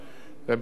לא התאפשר,